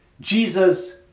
Jesus